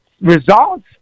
results